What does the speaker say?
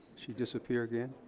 she disappear again?